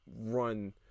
run